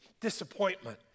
Disappointment